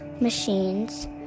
Machines